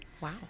Wow